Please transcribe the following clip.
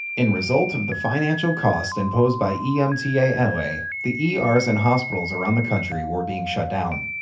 in result of the financial costs imposed by emtala, the ers and hospitals around the country were being shut down.